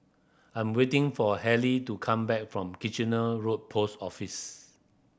I'm waiting for Halley to come back from Kitchener Road Post Office